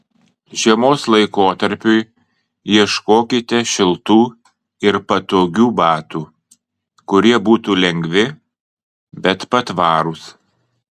žiemos laikotarpiui ieškokite šiltų ir patogių batų kurie būtų lengvi bet patvarūs